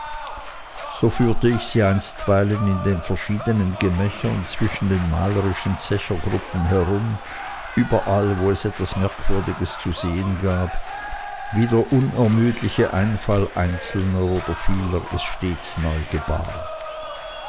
so führte ich sie einstweilen in den verschiedenen gemächern zwischen den malerischen zechergruppen herum überall wo es etwas merkwürdiges zu sehen gab wie der unermüdliche einfall einzelner oder vieler es stets neu gebar